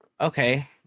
okay